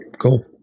Cool